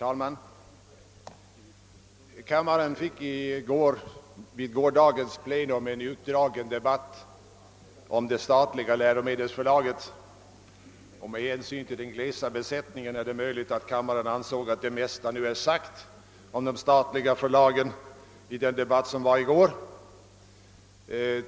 Herr talman! Vid gårdagens plenum fördes i kammaren en utdragen debatt om det statliga läromedelsförlaget. Med hänsyn till den glesa besättningen i dag förmodar jag att kammarens ledamöter anser att det mesta nu är sagt om de statliga förlagen.